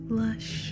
lush